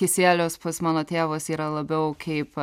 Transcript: kisielius pas mano tėvas yra labiau kaip